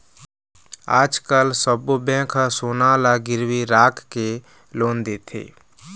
आजकाल सब्बो बेंक ह सोना ल गिरवी राखके लोन देथे